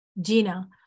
Gina